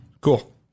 Cool